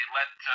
let